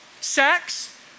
Sex